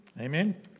Amen